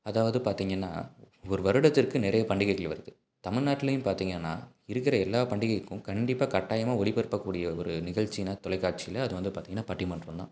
அதாவது பார்த்தீங்கன்னா ஒரு வருடத்திற்கு நிறைய பண்டிகைகள் வருது தமிழ்நாட்டிலியும் பார்த்தீங்கன்னா இருக்கிற எல்லா பண்டிகைக்கும் கண்டிப்பாக கட்டாயமாக ஒளிப்பரப்பக்கூடிய ஒரு நிகழ்ச்சினா தொலைக்காட்சியில் அது வந்து பார்த்தீங்கன்னா பட்டிமன்றந்தான்